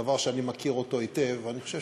דבר שאני מכיר היטב, ואני חושב